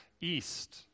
east